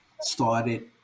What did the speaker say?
started